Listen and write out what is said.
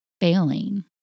Failing